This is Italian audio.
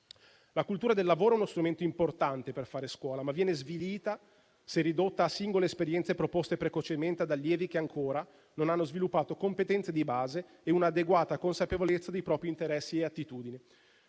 La cultura del lavoro è uno strumento importante per fare scuola, ma viene svilita, se ridotta a singole esperienze proposte precocemente ad allievi che ancora non hanno sviluppato competenze di base e un'adeguata consapevolezza dei propri interessi e attitudini.